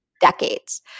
decades